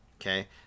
Okay